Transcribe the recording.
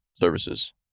services